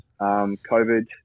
COVID